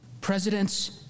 Presidents